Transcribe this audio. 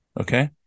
Okay